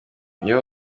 iyo